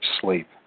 sleep